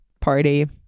party